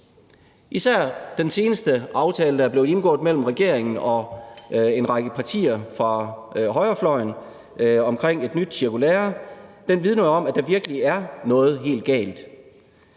Især den seneste aftale, der er blevet indgået mellem regeringen og en række partier fra højrefløjen omkring et nyt cirkulære, vidner jo om, at der virkelig er noget helt galt.